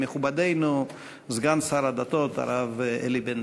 מכובדנו סגן שר הדתות הרב אלי בן-דהן.